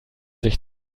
sich